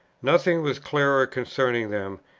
nothing was clearer concerning them,